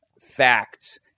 facts